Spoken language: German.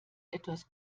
etwas